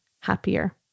happier